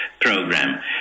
Program